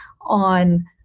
on